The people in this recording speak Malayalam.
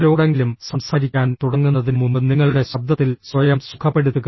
ആരോടെങ്കിലും സംസാരിക്കാൻ തുടങ്ങുന്നതിനുമുമ്പ് നിങ്ങളുടെ ശബ്ദത്തിൽ സ്വയം സുഖപ്പെടുത്തുക